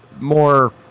more